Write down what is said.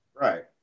Right